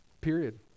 Period